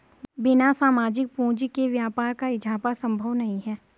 बिना सामाजिक पूंजी के व्यापार का इजाफा संभव नहीं है